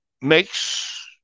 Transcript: makes